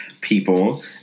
people